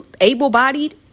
able-bodied